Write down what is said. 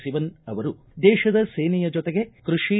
ಸಿವನ್ ಅವರು ದೇಶದ ಸೇನೆಯ ಜೊತೆಗೆ ಕೃಷಿ